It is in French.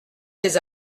des